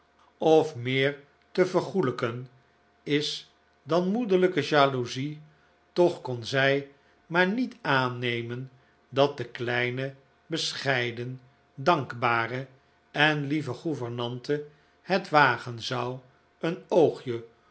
of meer te vergoelijken is dan moederlijke jaloezie toch kon zij maar niet aannemen dat de kleine bescheiden dankbare en lieve gouvernante het wagen zou een oogje